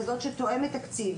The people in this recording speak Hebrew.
ככזו שתואמת את התקציב,